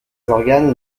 organes